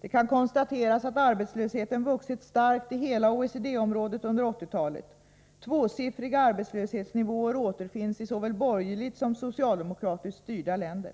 Det kan konstateras att arbetslösheten vuxit starkt i hela OECD-området under 1980-talet. Tvåsiffriga arbetslöshetsnivåer återfinns i såväl borgerligt som socialdemokratiskt styrda länder.